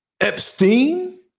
Epstein